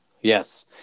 Yes